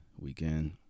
weekend